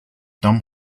tom